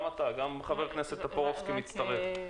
גם אתה, גם חבר הכנסת טופורובסקי מצטרף.